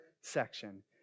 section